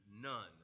none